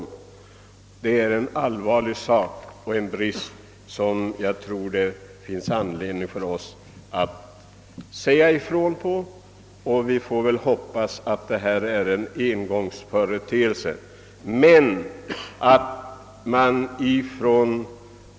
Att så inte skett är en allvarlig brist, och det finns anledning att säga ifrån att vi hoppas att det inträffade varit en engångsföreteelse.